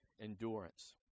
endurance